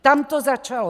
Tam to začalo.